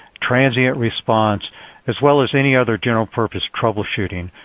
transient response as well as any other general purpose troubleshooting.